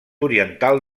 oriental